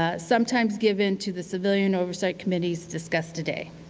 ah sometimes given to the civilian oversight committees discussed today.